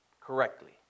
Correctly